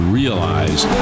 realize